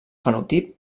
fenotip